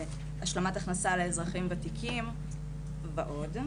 השלמת הכנסה לאזרחים וותיקים ועוד.